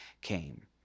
came